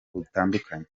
butandukanye